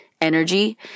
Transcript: energy